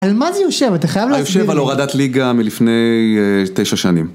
על מה זה יושב? אתה חייב להסביר את זה. היושב על הורדת ליגה מלפני תשע שנים.